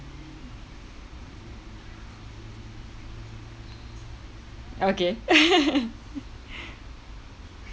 okay